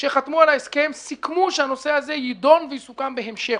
כשחתמו על ההסכם סיכמו שהנושא הזה יידון ויסוכם בהמשך.